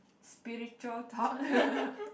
spiritual talk